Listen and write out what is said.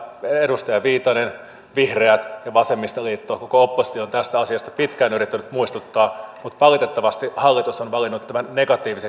edustaja viitanen vihreät ja vasemmistoliitto koko oppositio on tästä asiasta pitkään yrittänyt muistuttaa mutta valitettavasti hallitus on valinnut tämän negatiivisen kierteen kehän